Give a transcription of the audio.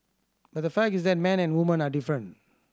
but the fact is that men and woman are different